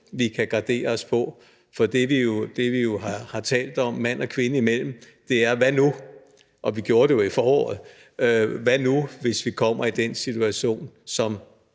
vi kan gardere os på, for det, vi jo har talt om mand og kvinde imellem, er: Hvad nu – og vi gjorde det jo i foråret – hvis vi kommer i den situation, og